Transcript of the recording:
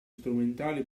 strumentale